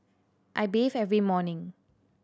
I bathe every morning